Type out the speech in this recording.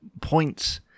points